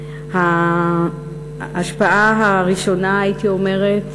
ההשפעה הראשונה, הייתי אומרת,